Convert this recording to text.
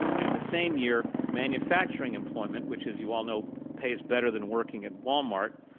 and in the same year, manufacturing employment which as you all knows pays better than working at wal-mart,